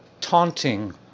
taunting